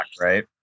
Right